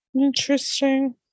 Interesting